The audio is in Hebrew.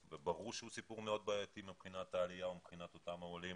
שברור שהוא סיפור מאוד בעייתי מבחינת העלייה ומבחינת אותם העולים